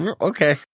Okay